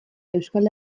euskal